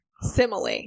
simile